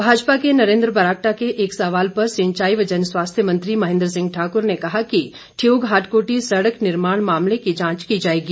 भाजपा के नरेंद्र बरागटा के एक सवाल पर सिंचाई व जन स्वास्थ्य मंत्री महेंद्र सिंह ठाकुर ने कहा कि ठियोग हाटकोटी सड़क निर्माण मामले की जांच की जाएगी